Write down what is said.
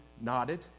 nodded